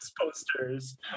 posters